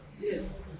Yes